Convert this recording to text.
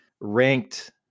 ranked